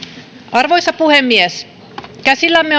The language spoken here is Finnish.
arvoisa puhemies käsillämme